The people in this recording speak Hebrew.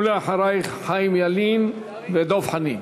אחרייך, חיים ילין ודב חנין.